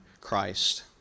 Christ